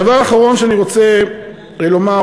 הדבר האחרון שאני רוצה לומר,